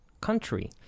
country